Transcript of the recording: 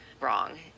wrong